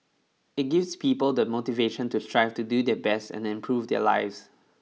it gives people the motivation to strive to do their best and improve their lives